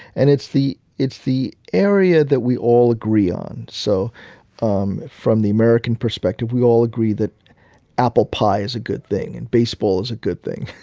and it's the it's the area that we all agree on. so um from the american perspective, we all agree that apple pie is a good thing, and baseball is a good thing.